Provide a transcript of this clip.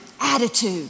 attitude